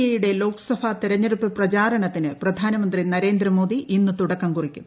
A യുടെ ലോക്സഭാ തെരഞ്ഞെടുപ്പ് പ്രചാരണത്തിന് പ്രധാനമന്ത്രി നരേന്ദ്രമോദി ഇന്ന് തുടക്കം കുറിക്കും